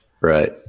Right